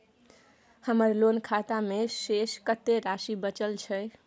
हमर लोन खाता मे शेस कत्ते राशि बचल छै?